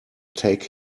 take